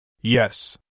Yes